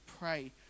pray